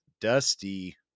dusty